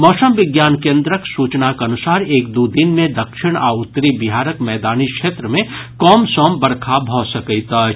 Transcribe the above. मौसम विज्ञान केन्द्रक सूचनाक अनुसार एक दू दिन मे दक्षिण आ उत्तरी बिहारक मैदानी क्षेत्र मे कमसम बरखा भऽ सकैत अछि